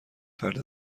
فرد